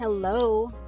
Hello